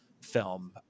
film